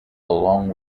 along